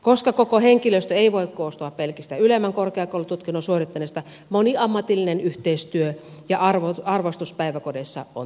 koska koko henkilöstö ei voi koostua pelkistä ylemmän korkeakoulututkinnon suorittaneista moniammatillinen yhteistyö ja arvostus päiväkodeissa on tärkeää